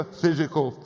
physical